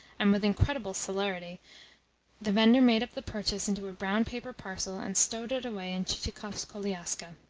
and with incredible celerity the vendor made up the purchase into a brown-paper parcel, and stowed it away in chichikov's koliaska.